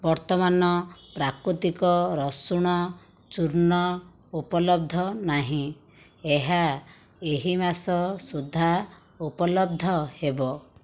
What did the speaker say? ବର୍ତ୍ତମାନ ପ୍ରାକୃତିକ ରସୁଣ ଚୂର୍ଣ୍ଣ ଉପଲବ୍ଧ ନାହିଁ ଏହା ଏହି ମାସ ସୁଦ୍ଧା ଉପଲବ୍ଧ ହେବ